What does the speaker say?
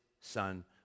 Son